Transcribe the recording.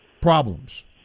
problems